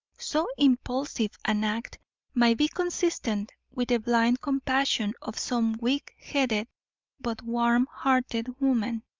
so impulsive an act might be consistent with the blind compassion of some weak-headed but warm-hearted woman,